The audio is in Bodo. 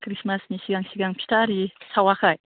ख्रिस्टमासनि सिगां सिगां फिथा आरि सावाखै